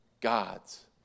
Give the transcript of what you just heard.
God's